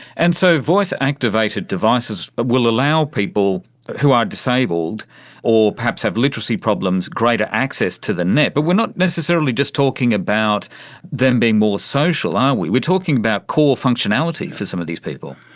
and so voice activated devices but will allow people who are disabled or perhaps have literacy problems greater access to the net. but we are not necessarily just talking about them being more social, are um we, we are talking about core functionality for some of these people.